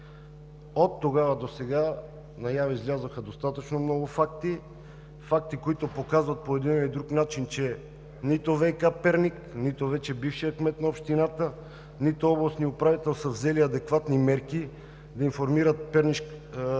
От тогава до сега наяве излязоха достатъчно много факти, които показват по един или друг начин, че нито ВиК – Перник, нито вече бившият кмет на общината, нито областният управител са взели адекватни мерки да информират жителите